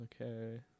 Okay